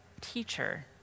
teacher